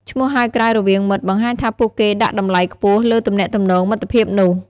ឈ្មោះហៅក្រៅរវាងមិត្ត បង្ហាញថាពួកគេដាក់តម្លៃខ្ពស់លើទំនាក់ទំនងមិត្តភាពនោះ។